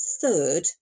third